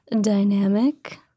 dynamic